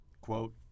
quote